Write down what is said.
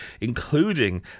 including